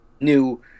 new